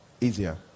easier